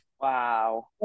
Wow